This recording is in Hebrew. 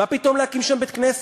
מה פתאום להקים שם בית-כנסת?